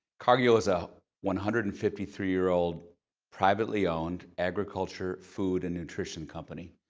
cargill is a one hundred and fifty three year old privately owned agriculture, food, and nutrition company.